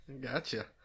Gotcha